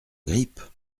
grippe